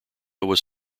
was